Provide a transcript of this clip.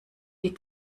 die